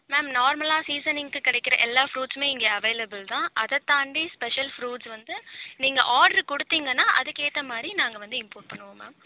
ma'am நார்மலாக சீசனிங்க்கு கிடைக்குற எல்லா ஃப்ரூட்ஸ்ஸுமே இங்கே அவைலப்பிள் தான் அதை தாண்டி ஃஸ்பெஷல் ஃப்ரூட்ஸ் வந்து நீங்கள் ஆர்ட்ரு கொடுத்தீங்கனா அதற்கு ஏத்தமாதிரி நாங்கள் வந்து இம்போர்ட் பண்ணுவோம் மேம்